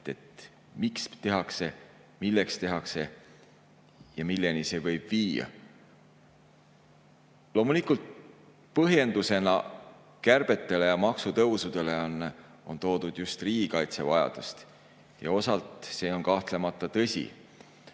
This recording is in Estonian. miks tehakse, milleks tehakse ja milleni see võib viia. Loomulikult põhjendusena kärbetele ja maksutõusudele on toodud just riigikaitse vajadust ja osalt see on kahtlemata tõsi.